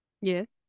Yes